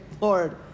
Lord